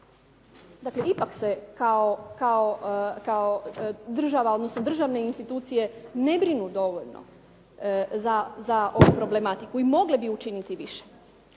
Dakle, ipak se kao država, odnosno državne institucije ne brinu dovoljno za ovu problematiku i mogle bi učiniti više.